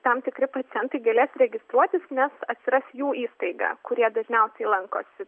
tam tikri pacientai galės registruotis nes atsiras jų įstaiga kur jie dažniausiai lankosi